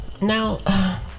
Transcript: Now